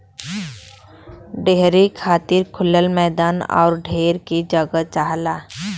dairy खातिर खुलल मैदान आउर ढेर के जगह चाहला